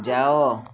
ଯାଅ